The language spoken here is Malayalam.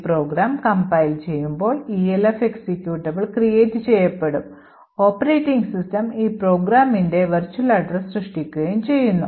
ഈ പ്രോഗ്രാം compile ചെയ്യുമ്പോൾ ELF എക്സിക്യൂട്ടബിൾ create ചെയ്യപ്പെടുകയും ഓപ്പറേറ്റിംഗ് സിസ്റ്റം ഈ programൻറെ വിർച്വൽ അഡ്രസ്സ് സൃഷ്ടിക്കുകയും ചെയ്യുന്നു